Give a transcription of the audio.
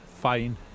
fine